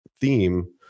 theme